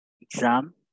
exam